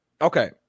okay